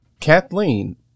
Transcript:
Kathleen